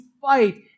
fight